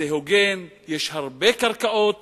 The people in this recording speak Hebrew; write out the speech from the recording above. זה הוגן, יש הרבה קרקעות